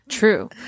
true